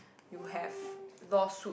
you have law suit